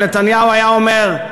אם נתניהו היה אומר,